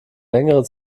längere